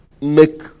make